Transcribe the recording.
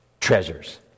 treasures